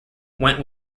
went